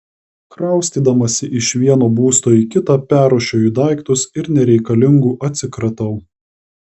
kraustydamasi iš vieno būsto į kitą perrūšiuoju daiktus ir nereikalingų atsikratau